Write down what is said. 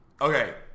Okay